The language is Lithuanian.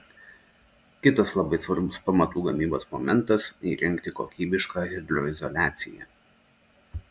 kitas labai svarbus pamatų gamybos momentas įrengti kokybišką hidroizoliaciją